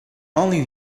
only